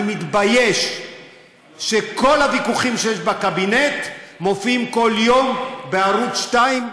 אני מתבייש שכל הוויכוחים שיש בקבינט מופיעים כל יום בערוץ 2,